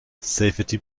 safety